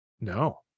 No